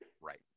Right